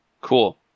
Cool